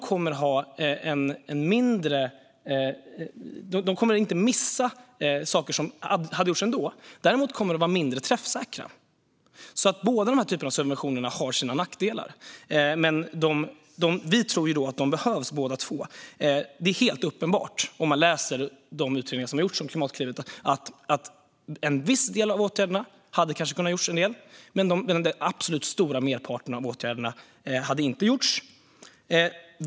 Den missar inte sådant som hade gjorts ändå men kommer att vara mindre träffsäker. Båda dessa subventioner har sina nackdelar, men vi tror att båda behövs. Läser man de utredningar som har gjorts om Klimatklivet är det uppenbart att en del åtgärder hade vidtagits ändå men att merparten inte hade vidtagits.